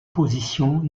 position